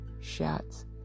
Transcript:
shots